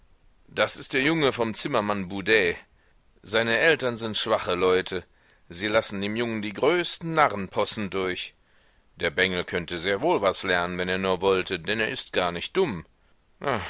das ist der junge vom zimmermann boudet seine eltern sind schwache leute sie lassen dem jungen die größten narrenpossen durch der bengel könnte sehr wohl was lernen wenn er nur wollte denn er ist gar nicht dumm